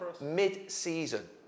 Mid-season